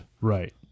Right